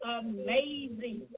amazing